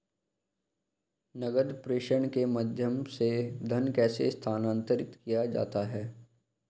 नकद प्रेषण के माध्यम से धन कैसे स्थानांतरित किया जाता है?